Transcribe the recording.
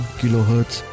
kilohertz